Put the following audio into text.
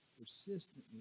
persistently